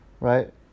right